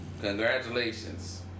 Congratulations